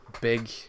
big